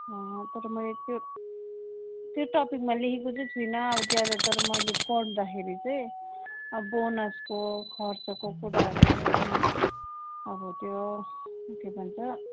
तर मैले त्यो त्यो टपिकमा लेखेको चाहिँ छुइनँ अब ज्यादातर मैले पढ्दाखेरि चाहिँ अब बोनसको खर्चको कुराहरू अनि अब त्यो के भन्छ